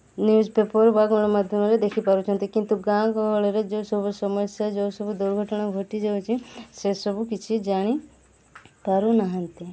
newspaper ବା ଗଣମାଧ୍ୟମରେ ଦେଖିପାରୁଛନ୍ତି କିନ୍ତୁ ଗାଁ ଗହଳିରେ ଯେଉଁ ସବୁ ସମସ୍ୟା ଯେଉଁ ସବୁ ଦୁର୍ଘଟଣା ଘଟିଯାଉଛି ସେସବୁ କିଛି ଜାଣିପାରୁନାହାନ୍ତି